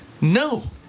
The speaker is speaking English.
no